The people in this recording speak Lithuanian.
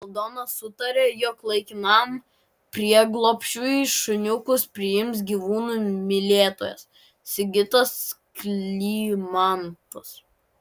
aldona sutarė jog laikinam prieglobsčiui šuniukus priims gyvūnų mylėtojas sigitas klymantas